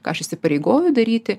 ką aš įsipareigoju daryti